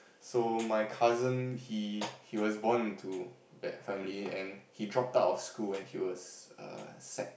so my cousin he he was born into that family and he dropped out of school when he was uh sec